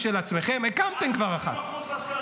לא יוכלו לומר שמה שהיא מסיקה,